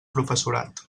professorat